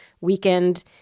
weekend